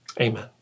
Amen